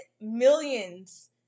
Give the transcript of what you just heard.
millions